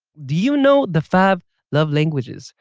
do you know the five love languages?